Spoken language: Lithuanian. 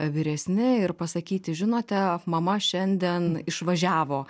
vyresni ir pasakyti žinote mama šiandien išvažiavo